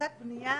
להריסת בנייה